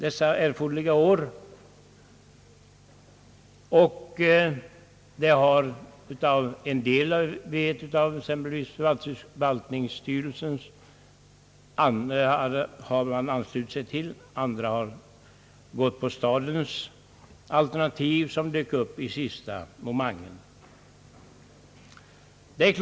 En del av förvaltningskontorets styrelseledamöter har anslutit sig till detta förslag. Andra har biträtt stadens alternativ, vilket dök upp i sista momangen.